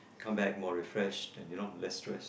come back more refreshed and you know less stress